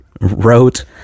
wrote